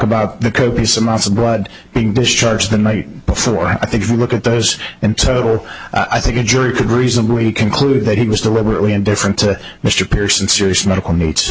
about the copious amounts of blood being discharged the night before i think if you look at those and so i think a jury could reasonably conclude that he was deliberately indifferent to mr pierson serious medical needs